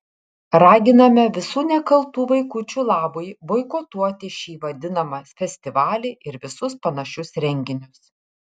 raginame visų nekaltų vaikučių labui boikotuoti šį vadinamą festivalį ir visus panašius renginius